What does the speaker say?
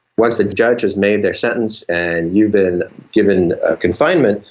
once the judge has made their sentence and you've been given a confinement,